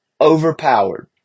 overpowered